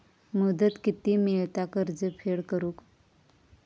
मुदत किती मेळता कर्ज फेड करून?